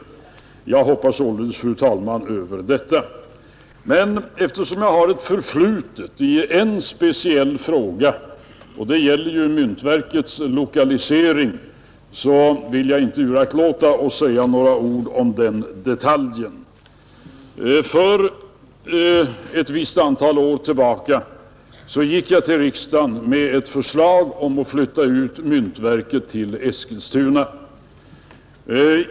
Jag hoppar således, fru talman, över detta. Men eftersom jag har ett förflutet i en speciell fråga — myntverkets lokalisering — vill jag inte uraktlåta att säga några ord om den detaljen. För ett visst antal år sedan gick jag till riksdagen med ett förslag om att flytta ut myntverket till Eskilstuna.